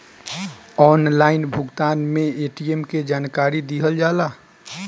Online भुगतान में ATM के जानकारी दिहल जाला?